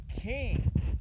king